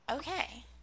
Okay